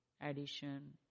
addition